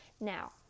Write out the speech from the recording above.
Now